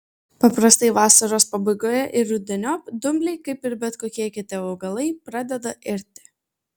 paprastai vasaros pabaigoje ir rudeniop dumbliai kaip ir bet kokie kiti augalai pradeda irti